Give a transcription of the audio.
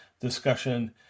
discussion